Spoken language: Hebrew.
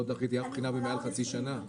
לא דחיתי אף בחינה מעל לחצי שנה.